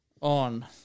On